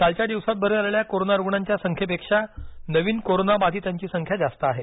कालच्या दिवसांत बरे झालेल्या कोरोना रुग्णांच्या संख्येपेक्षा नवीन कोरोनाबाधितांची संख्या जास्त आहे